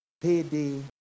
Payday